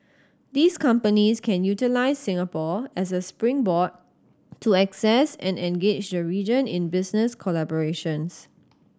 these companies can utilise Singapore as a springboard to access and engage the region in business collaborations